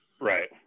Right